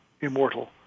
immortal